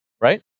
right